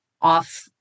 off